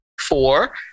Four